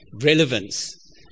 relevance